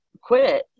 quit